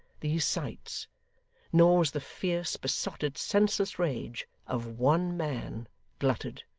these sights nor was the fierce, besotted, senseless rage of one man glutted.